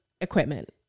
equipment